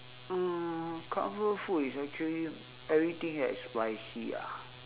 uh comfort food is actually everything that is spicy ah